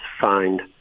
find